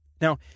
Now